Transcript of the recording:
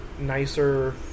nicer